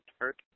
hurt